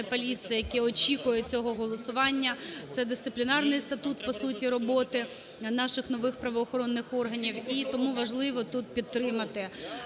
поліції, яке очікує цього голосування. Це Дисциплінарний статут, по суті, роботи наших нових правоохоронних органів. І тому важливо тут підтримати.